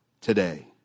today